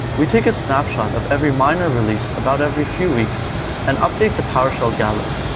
we take a snapshot of every minor release about every few weeks and update the powershell gallery.